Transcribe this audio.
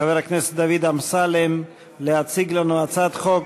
חבר הכנסת דוד אמסלם להציג לנו את הצעת חוק